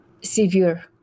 severe